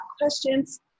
questions